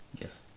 Yes